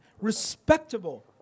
Respectable